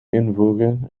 invoegen